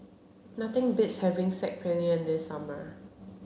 nothing beats having Saag Paneer in the summer